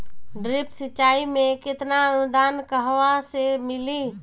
Drip सिंचाई मे केतना अनुदान कहवा से मिली?